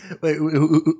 Wait